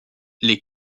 les